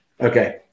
Okay